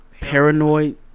paranoid